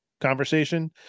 conversation